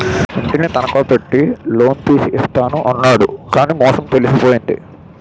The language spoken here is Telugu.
ఇంటిని తనఖా పెట్టి లోన్ తీసి ఇస్తాను అన్నాడు కానీ మోసం తెలిసిపోయింది